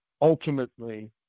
ultimately